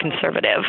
conservative